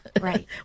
Right